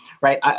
right